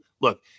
look